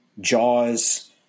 Jaws